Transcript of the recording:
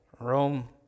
Rome